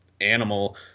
animal